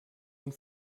und